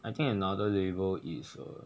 I think another label is err